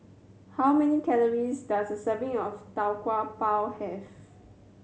how many calories does a serving of Tau Kwa Pau have